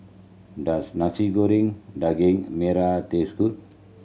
does Nasi Goreng Daging Merah taste good